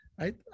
right